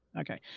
okay